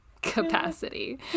capacity